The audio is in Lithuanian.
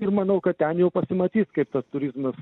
ir manau kad ten jau pasimatys kaip tas turizmas